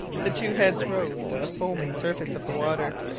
the two heads rose to the foaming surface of the water.